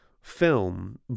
film